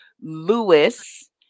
Lewis